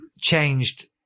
changed